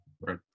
Right